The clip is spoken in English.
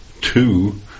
Two